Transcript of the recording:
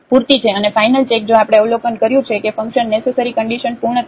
અને final check જો આપણે અવલોકન કર્યું છે કે ફંકશન નેસેસરી કન્ડિશન પૂર્ણ થયું છે